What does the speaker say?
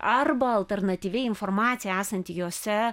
arba alternatyviai informacija esanti jose